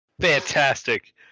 Fantastic